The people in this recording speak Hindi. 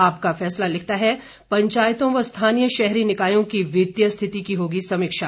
आपका फैसला लिखता है पंचायतों व स्थानीय शहरी निकायों की वित्तीय स्थिति की होगी समीक्षा